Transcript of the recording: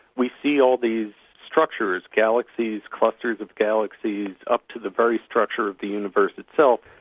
we see all these structures galaxies, clusters of galaxies, up to the very structure of the universe itself,